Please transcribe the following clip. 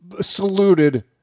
saluted